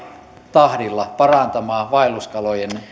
tahdilla parantamaan vaelluskalojen